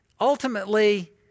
Ultimately